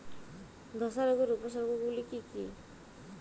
ধসা রোগের উপসর্গগুলি কি কি?